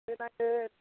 होनांगोन